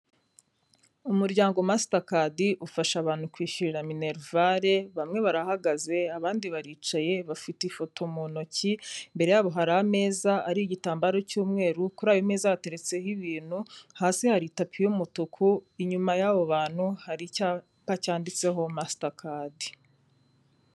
Umuryango Mastercard ufasha abantu kwishyurira minerivale, bamwe barahagaze abandi baricaye bafite ifoto mu ntoki, imbere yabo hari ameza ariho igitambaro cy'umweru, kuri ayo meza hateretseho ibintu, hasi hari itapi y'umutuku, inyuma y'abo bantu hari icyapa cyanditseho Mastercard.